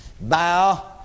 bow